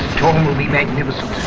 will be magnificent.